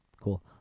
cool